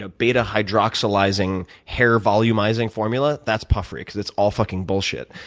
ah betahydroxylizing hair-volumizing formula, that's puffery because it's all fucking bullshit.